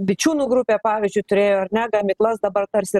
vičiūnų grupė pavyzdžiui turėjo ar ne gamyklas dabar tarsi ir